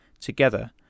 together